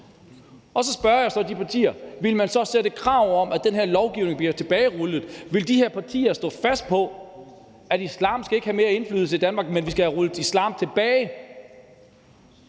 Så spørger jeg så de partier, om man så vil stille et krav om, at den her lovgivning bliver tilbagerullet, om de her partier vil stå fast på, at islam ikke skal have mere indflydelse i Danmark, men at vi skal have rullet islam tilbage.